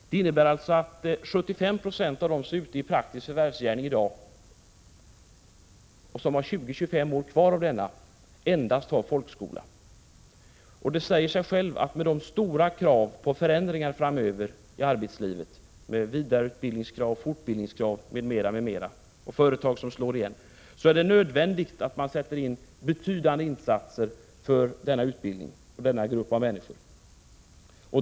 Det innebär att 75 90 av dem som i dag är ute i praktiskt förvärvsliv, och som i många fall har 20-25 år kvar där, endast har folkskoleutbildning. Det säger sig självt att det med tanke på stora krav på vidareutbildning, fortbildning osv. som framöver kommer att ställas i samband med förändringar i arbetslivet med företagsnedläggningar är nödvändigt att man sätter in betydande insatser för utbildning av denna grupp av människor.